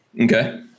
Okay